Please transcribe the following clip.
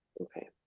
Okay